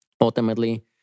ultimately